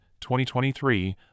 2023